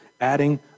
adding